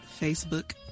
Facebook